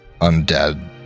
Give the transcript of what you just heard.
undead